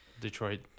Detroit